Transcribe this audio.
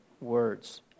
words